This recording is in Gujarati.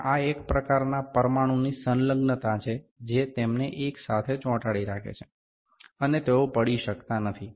અને આ એક પ્રકારનાં પરમાણુની સંલગ્નતા છે જે તેમને એક સાથે ચોંટાડી રાખે છે અને તેઓ પડી શકતા નથી